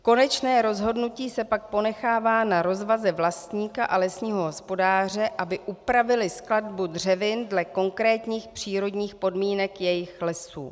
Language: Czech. Konečné rozhodnutí se pak ponechává na rozvaze vlastníka a lesního hospodáře, aby upravili skladbu dřevin dle konkrétních přírodních podmínek jejich lesů.